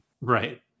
right